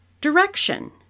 direction